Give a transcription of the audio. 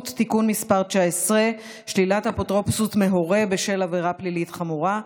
(תיקון מס' 19) (שלילת אפוטרופסות מהורה בשל עבירה פלילית חמורה),